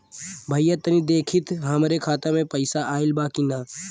भईया तनि देखती हमरे खाता मे पैसा आईल बा की ना?